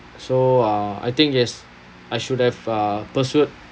so uh I think yes I should have uh pursued